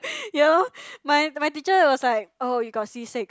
you know my my teacher was like oh you got C six